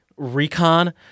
recon